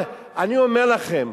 אני אומר לכם,